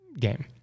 game